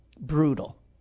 Brutal